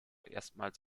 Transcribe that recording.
erstmals